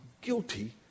guilty